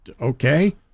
Okay